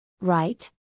Right